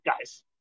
guys